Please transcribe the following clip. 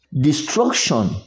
destruction